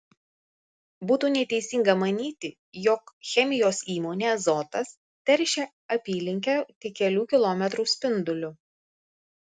būtų neteisinga manyti jog chemijos įmonė azotas teršia apylinkę tik kelių kilometrų spinduliu